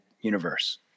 universe